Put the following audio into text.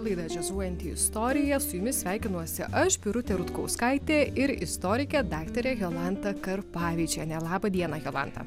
laida džiazuojanti istorija su jumis sveikinuosi aš birutė rutkauskaitė ir istorikė daktarė jolanta karpavičienė laba diena jolanta